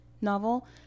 novel